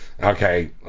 Okay